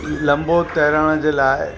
लंबो तरण जे लाइ